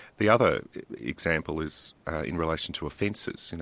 the other example is in relation to offences, you know,